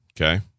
Okay